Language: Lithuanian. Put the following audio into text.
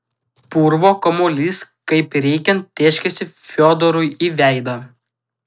purvo kamuolys kaip reikiant tėškėsi fiodorui į veidą